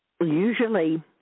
usually